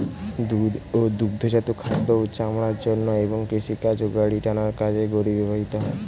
দুধ ও দুগ্ধজাত খাদ্য ও চামড়ার জন্য এবং কৃষিকাজ ও গাড়ি টানার কাজে গরু ব্যবহৃত হয়